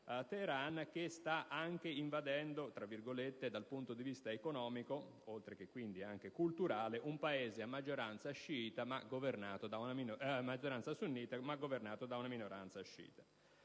e che sta anche "invadendo" dal punto di vista economico, oltre quindi che culturale, un Paese a maggioranza sunnita, ma governato da una minoranza sciita.